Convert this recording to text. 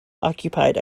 occupied